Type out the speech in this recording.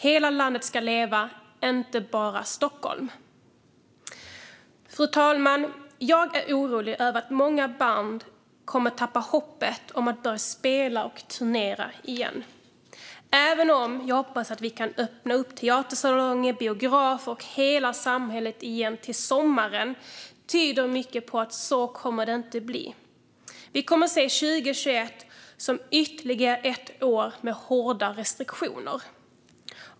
Hela landet ska leva - inte bara Stockholm. Fru talman! Jag är orolig över att många band kommer att tappa hoppet om att börja spela och turnera igen. Även om jag hoppas att vi kan öppna upp teatersalonger, biografer och hela samhället igen till sommaren tyder mycket på att det inte kommer att bli så. Vi kommer att se 2021 som ytterligare ett år med hårda restriktioner.